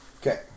Okay